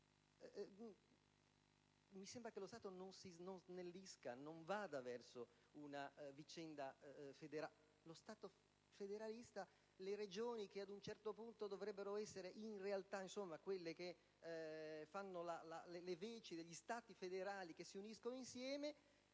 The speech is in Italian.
Mi sembra che lo Stato non si snellisca, non vada verso lo Stato federalista,